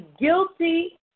guilty